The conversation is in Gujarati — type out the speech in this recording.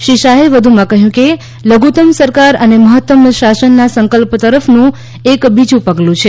શ્રી શાહે વધુમાં કહ્યું કે લધુતમ સરકાર અને મહત્તમ શાસનના સંકલ્પ તરફનું એક બીજું પગલું છે